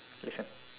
listen